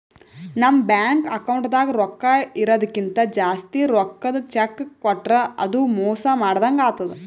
ನಮ್ ಬ್ಯಾಂಕ್ ಅಕೌಂಟ್ದಾಗ್ ರೊಕ್ಕಾ ಇರದಕ್ಕಿಂತ್ ಜಾಸ್ತಿ ರೊಕ್ಕದ್ ಚೆಕ್ಕ್ ಕೊಟ್ರ್ ಅದು ಮೋಸ ಮಾಡದಂಗ್ ಆತದ್